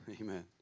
Amen